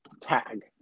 tag